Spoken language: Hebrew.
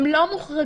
הם לא מוחרגים.